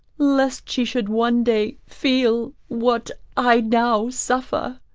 lest she should one day feel what i now suffer.